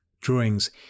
Drawings